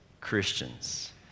Christians